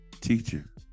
teacher